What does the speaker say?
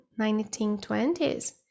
1920s